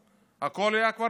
הכול היה כבר מוכן,